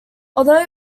although